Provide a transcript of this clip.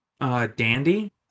dandy